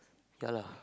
ya lah